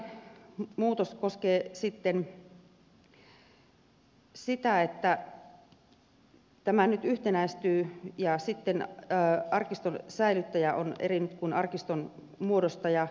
arkistolain muutos koskee sitten sitä että tämä nyt yhtenäistyy ja sitten arkiston säilyttäjä on eri kuin arkiston muodostaja